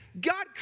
God